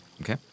Okay